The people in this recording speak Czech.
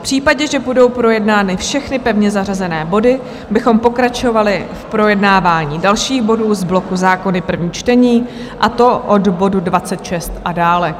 V případě, že budou projednány všechny pevně zařazené body, bychom pokračovali v projednávání dalších bodů z bloku Zákony první čtení, a to od bodu 26 a dále.